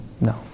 no